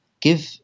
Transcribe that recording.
give